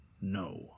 No